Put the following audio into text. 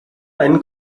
einen